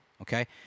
Okay